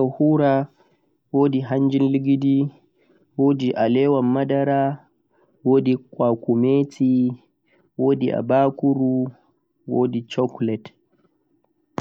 wodi shakahuraa, wodi hanjin ligidii, wodi alewan madara, wodi kwakumeti, wodi abakuru, wodi chocolate